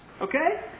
okay